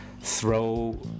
throw